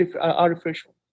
artificial